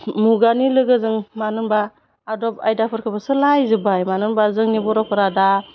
मुगानि लोगोजों मानो होनबा आदब आयदाफोरखौबो सोलायजोबबाय मानो होनबा जोंनि बर'फ्रा दा